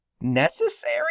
necessary